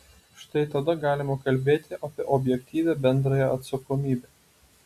štai tada galima kalbėti apie objektyvią bendrąją atsakomybę